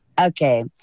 Okay